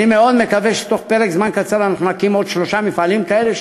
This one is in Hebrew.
אני מאוד מקווה שתוך פרק זמן קצר אנחנו נקים עוד שלושה מפעלים כאלה,